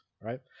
right